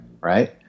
right